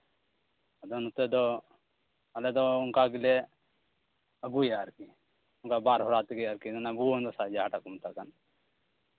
ᱟᱫᱚ ᱱᱚᱛᱮ ᱫᱚ ᱟᱞᱮ ᱫᱚ ᱚᱱᱠᱟ ᱜᱮᱞᱮ ᱟᱹᱜᱩᱭᱟ ᱟᱨᱠᱤ ᱚᱱᱠᱟ ᱵᱟᱨ ᱦᱚᱨᱟ ᱛᱮᱜᱮ ᱟᱨᱠᱤ ᱵᱷᱩᱣᱟᱹᱝ ᱫᱟᱸᱥᱟᱭ ᱡᱟᱦᱟᱸᱴᱟᱜ ᱠᱚ ᱢᱮᱛᱟᱜ ᱠᱟᱱ